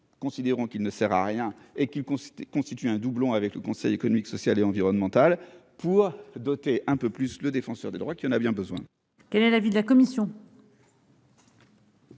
considérons qu'il ne sert à rien et qu'il constitue un doublon avec le Conseil économique, social et environnemental, pour doter un peu davantage le Défenseur des droits, qui en a bien besoin. Quel est l'avis de la commission ?